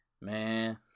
Man